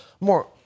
more